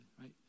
right